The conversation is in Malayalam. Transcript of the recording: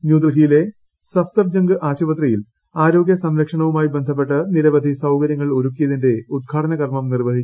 ന്യൂഡൽഹിയിലെ സഫ്തർജംഗ് ആശുപത്രിയിൽ ആരോഗ്യ സംരക്ഷണവുമായി ബന്ധപ്പെട്ട് നിരവധി സൌകര്യങ്ങൾ ഒരുക്കിയതിന്റെ ഉദ്ഘാടനകർമ്മം അദ്ദേഹം